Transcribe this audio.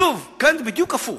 שוב, כאן זה בדיוק הפוך